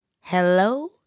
hello